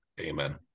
amen